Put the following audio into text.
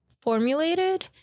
formulated